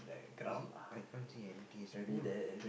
is it I can't say empty it's full